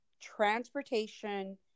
transportation